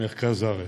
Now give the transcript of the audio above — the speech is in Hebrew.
מרכז הארץ,